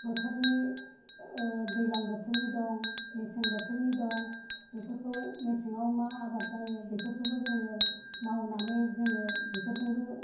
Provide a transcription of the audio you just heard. बोथोरनि दैज्लां बोथोरनि दं मेसें बोथोरनि दं बेफोरखौ मेसेंआव मा आबाद जायो बेफोरखौबो जोंङो मावनानै जोंङो बेफोरजोंबो